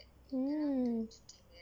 oh